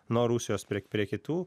nuo rusijos prie prie kitų